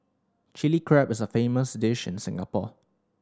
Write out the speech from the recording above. Chilli Crab is a famous dish in Singapore